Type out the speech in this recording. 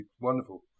wonderful